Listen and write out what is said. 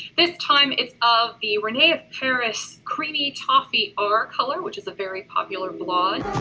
this time it's of the rene of paris creamy toffee r color, which is a very popular blonde.